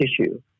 tissue